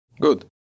Good